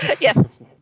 Yes